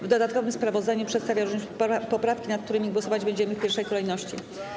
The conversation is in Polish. W dodatkowym sprawozdaniu przedstawia również poprawki, nad którymi głosować będziemy w pierwszej kolejności.